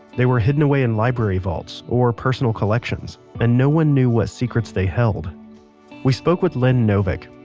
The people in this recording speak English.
they were hidden away in library vaults or personal collections and no one knew what secrets they held we spoke with lynn novick,